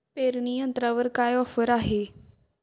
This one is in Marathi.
पेरणी यंत्रावर काय ऑफर आहे?